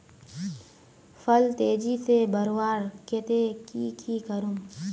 फल तेजी से बढ़वार केते की की करूम?